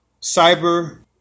cyber